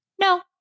No